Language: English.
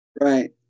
Right